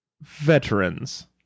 veterans